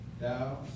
thou